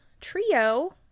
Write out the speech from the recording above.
trio